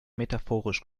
metaphorisch